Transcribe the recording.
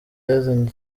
yazanye